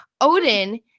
Odin